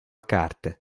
carta